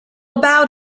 about